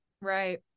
Right